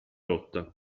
rotta